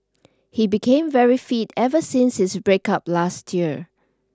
he became very fit ever since his breakup last year